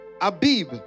abib